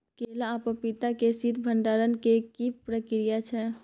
केला आ पपीता के शीत भंडारण के की प्रक्रिया छै?